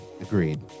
Agreed